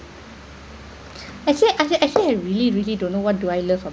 actually I actually I really really don't know what do I love